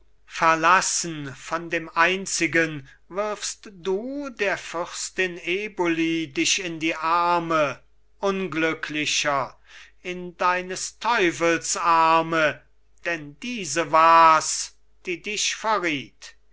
verlassen von dem einzigen wirfst du der fürstin eboli dich in die arme unglücklicher in eines teufels arme denn diese wars die dich verriet